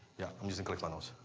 yeah, i'm using click funnels.